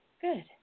Good